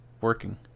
working